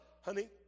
Honey